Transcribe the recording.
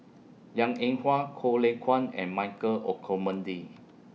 Liang Eng Hwa Goh Lay Kuan and Michael Olcomendy